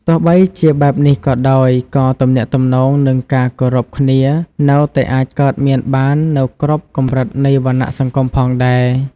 ទោះបីជាបែបនេះក៏ដោយ ក៏ទំនាក់ទំនងនិងការគោរពគ្នានៅតែអាចកើតមានបាននៅគ្រប់កម្រិតនៃវណ្ណៈសង្គមផងដែរ។